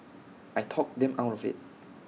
I talked them out of IT